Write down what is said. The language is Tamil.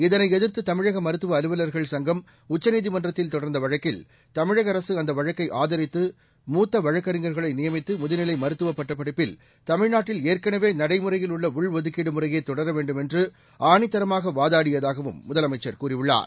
இதனை எதிர்த்து தமிழக மருத்துவ அலுவலர்கள் சங்கம் உச்சநீதிமன்றத்தில் தொடர்ந்த வழக்கில் தமிழக அரசு அந்த வழக்கை ஆதரித்து மூத்த வழக்கறிஞர்களை நியமித்து முதுநிலை மருத்துவப் பட்டப் படிப்பில் தமிழ்நாட்டில் ஏற்கனவே நடைமுறையில் உள்ள உள்ஒதுக்கீடு முறையே தொடர வேண்டும் என்று ஆணித்தரமாக வாதாடியதாகவும் முதலமைச்சர் கூறியுள்ளார்